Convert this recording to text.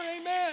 Amen